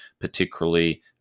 particularly